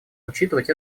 учитывать